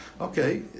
Okay